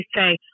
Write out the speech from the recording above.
say